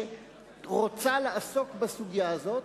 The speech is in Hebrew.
שרוצה לעסוק בסוגיה הזאת,